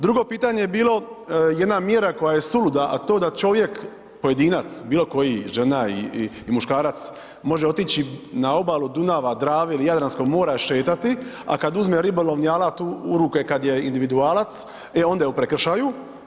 Drugo pitanje je bilo jedna mjera koja je suluda, a to da čovjek, pojedinac, bilo koji, žena i muškarac može otići na obalu Dunava, Drave ili Jadranskog mora šetati, a kad uzme ribolovni alat u ruke, kad je individualac, e onda je u prekršaju.